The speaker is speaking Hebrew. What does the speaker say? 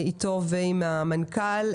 אתו ועם המנכ"ל,